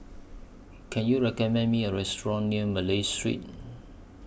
Can YOU recommend Me A Restaurant near Malay Street